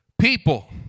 people